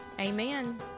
amen